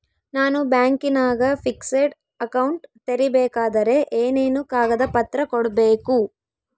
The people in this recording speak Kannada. ನಾನು ಬ್ಯಾಂಕಿನಾಗ ಫಿಕ್ಸೆಡ್ ಅಕೌಂಟ್ ತೆರಿಬೇಕಾದರೆ ಏನೇನು ಕಾಗದ ಪತ್ರ ಕೊಡ್ಬೇಕು?